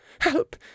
Help